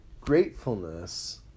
Gratefulness